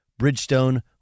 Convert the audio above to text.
Bridgestone